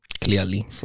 Clearly